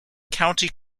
county